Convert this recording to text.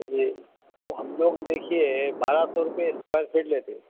جی صاحب ہم لوگ دیکھیے بارہ سو روپیے اسکوئر فٹ لیتے